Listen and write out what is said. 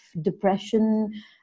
depression